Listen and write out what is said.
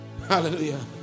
Hallelujah